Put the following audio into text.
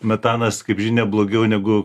metanas kaip žinia blogiau negu